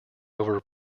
over